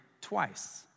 twice